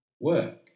Work